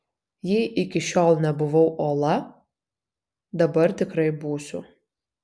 jei iki šiol nebuvau uola dabar tikrai būsiu